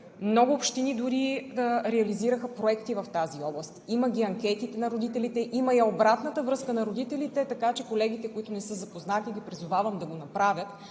Много общини дори реализираха проекти в тази област. Има ги анкетите на родителите, има я обратната връзка на родителите, така че колегите, които не са запознати, ги призовавам да го направят,